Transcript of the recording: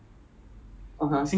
ya then you can